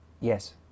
Yes